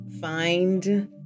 find